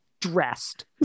dressed